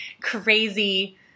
crazy